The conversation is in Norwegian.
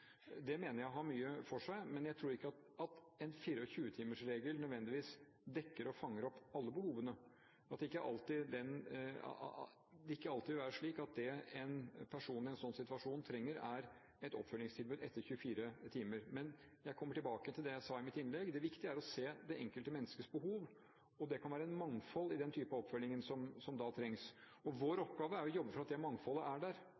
Det mener jeg har mye for seg, men jeg tror ikke at en 24-timersregel nødvendigvis dekker og fanger opp alle behovene – at det ikke alltid vil være slik at det en person i en sånn situasjon trenger, er et oppfølgingstilbud etter 24 timer. Men jeg kommer tilbake til det jeg sa i mitt innlegg: Det er viktig å se det enkelte menneskets behov, og det kan være et mangfold i den type oppfølging som da trenges. Vår oppgave er å jobbe for at det mangfoldet er der.